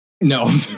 No